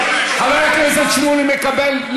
טוב, חבר הכנסת שמולי מקבל.